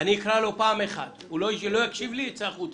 אני אקרא לו פעם אחת ואם הוא לא יקשיב לי הוא יצא החוצה.